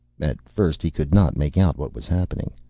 at first he could not make out what was happening.